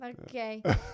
okay